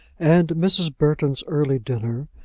and mrs. burton's early dinner,